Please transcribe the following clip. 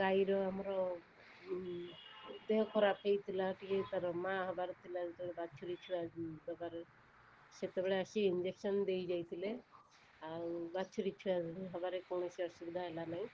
ଗାଈର ଆମର ଦେହ ଖରାପ ହେଇଥିଲା ଟିକିଏ ତା'ର ମାଆ ହେବାର ଥିଲା ଯେତେବେଳେ ବାଛୁରି ଛୁଆ ଦେବାର ସେତେବେଳେ ଆସି ଇଞ୍ଜେକସନ୍ ଦେଇ ଯାଇଥିଲେ ଆଉ ବାଛୁରି ଛୁଆ ହେବାରେ କୌଣସି ଅସୁବିଧା ହେଲା ନାହିଁ